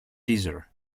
caesar